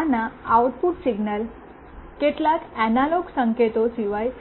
આના output signal કેટલાક analog સંકેતો સિવાય